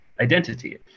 identity